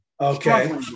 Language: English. Okay